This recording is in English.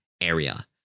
area